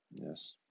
Yes